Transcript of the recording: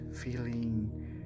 feeling